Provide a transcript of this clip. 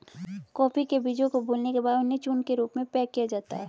coffee के बीजों को भूलने के बाद उन्हें चूर्ण के रूप में पैक किया जाता है